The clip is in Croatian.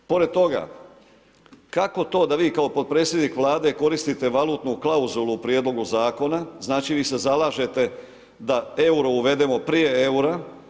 Pored toga, kako to da vi kao podpredsjednik Vlade koristite valutnu klauzulu u prijedlogu zakona, znači vi se zalažete da euro uvedemo prije eura?